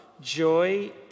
joy